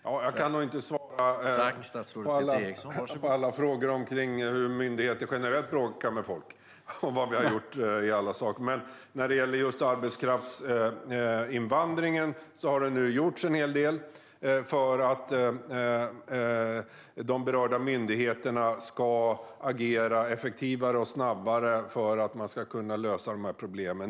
Herr talman! Jag kan inte svara på alla frågor om hur myndigheter generellt bråkar med folk och vad vi har gjort. Men när det gäller just arbetskraftsinvandringen har det nu gjorts en hel del för att de berörda myndigheterna ska agera effektivare och snabbare för att dessa problem ska kunna lösas.